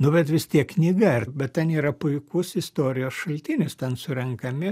nu bet vis tiek knyga ir bet ten yra puikus istorijos šaltinis ten surenkami